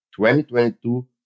2022